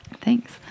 Thanks